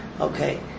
Okay